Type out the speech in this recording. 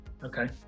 okay